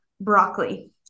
broccoli